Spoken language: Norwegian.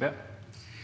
(H)